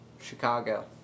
Chicago